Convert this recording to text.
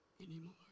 anymore